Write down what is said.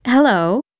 Hello